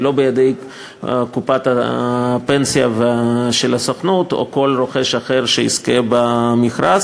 היא לא בידי קופת הפנסיה של הסוכנות או כל רוכש אחר שיזכה במכרז.